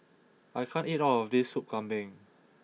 I can't eat all of this Sop Kambing